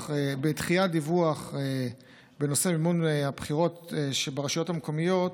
בדחיית דיווח בנושא מימון הבחירות שברשויות המקומיות